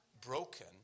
broken